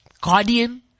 guardian